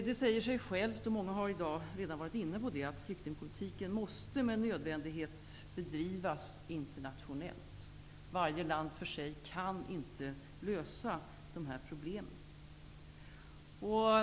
Det säger sig självt -- och många talare har i dag redan varit inne på det -- att flyktingpolitiken med nödvändighet måste bedrivas internationellt. Varje land för sig kan inte lösa dessa problem.